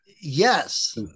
Yes